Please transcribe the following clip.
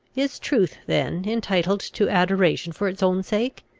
is truth then entitled to adoration for its own sake,